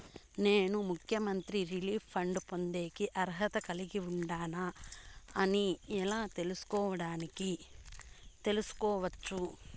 నేను ముఖ్యమంత్రి relief fund పొందేకి అర్హత కలిగి ఉండానా అని ఎలా తెలుసుకోవడానికి తెలుసుకోవచ్చు